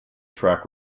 track